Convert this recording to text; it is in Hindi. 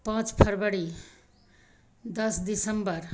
पाँच फरवरी दस दिसम्बर